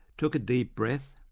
took a deep breath,